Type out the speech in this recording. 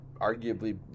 arguably –